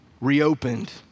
reopened